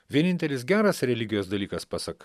vienintelis geras religijos dalykas pasak